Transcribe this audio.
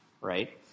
right